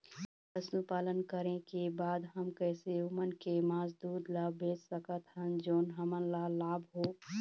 पशुपालन करें के बाद हम कैसे ओमन के मास, दूध ला बेच सकत हन जोन हमन ला लाभ हो?